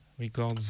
Records